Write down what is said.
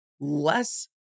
less